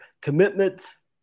Commitments